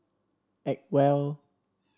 Acwell